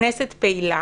שהכנסת פעילה